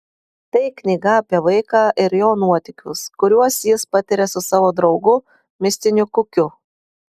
tai knyga apie vaiką ir jo nuotykius kuriuos jis patiria su savo draugu mistiniu kiukiu